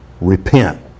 repent